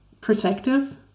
protective